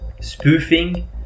Spoofing